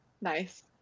Nice